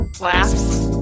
laughs